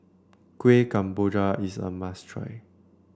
Kuih Kemboja is a must try